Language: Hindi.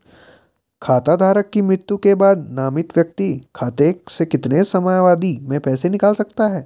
खाता धारक की मृत्यु के बाद नामित व्यक्ति खाते से कितने समयावधि में पैसे निकाल सकता है?